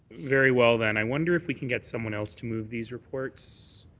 very well then. i wonder if we can get someone else to move these reports?